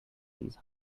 these